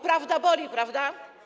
Prawda boli, prawda?